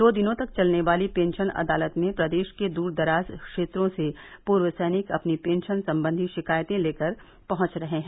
दो दिनों तक चलने वाली पेंशन अदालत में प्रदेश के दूरदराज क्षेत्रों से पूर्व सैनिक अपनी पेंशन संबंधी शिकायतें लेकर पहुंच रहे हैं